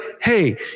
Hey